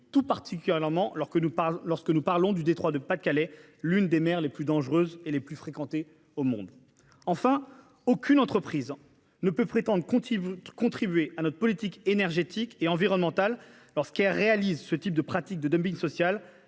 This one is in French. tout particulièrement dans le détroit du Pas-de-Calais, l'une des mers les plus dangereuses et les plus fréquentées au monde. Enfin, aucune entreprise ne peut prétendre contribuer à notre politique énergétique et environnementale lorsqu'elle pratique ce type de dumping social,